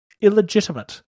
illegitimate